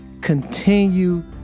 continue